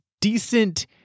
decent